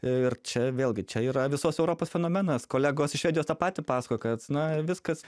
ir čia vėlgi čia yra visos europos fenomenas kolegos iš švedijos tą patį pasakojo kad na viskas